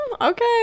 Okay